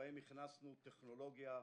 שבהם הכנסנו טכנולוגיה חדשה.